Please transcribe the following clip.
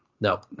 no